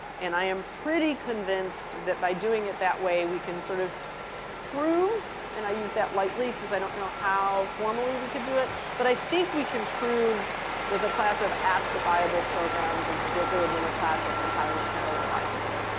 and i am pretty convinced that by doing it that way, we can sort of prove and i use that lightly because i don't know how formally we could do it but i think we can prove that the class of ascifiable programs is bigger than the class of compiler parallelizable.